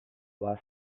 was